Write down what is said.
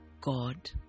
God